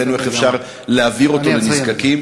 הראינו איך אפשר להעביר אותו לנזקקים,